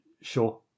Sure